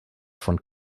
von